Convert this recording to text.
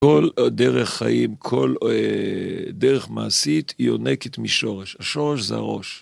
כל דרך חיים, כל דרך מעשית, היא יונקת משורש. השורש זה הראש.